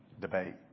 debate